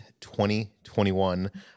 2021